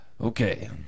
Okay